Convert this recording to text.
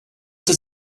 does